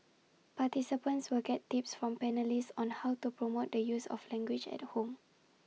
participants will get tips from panellists on how to promote the use of the language at home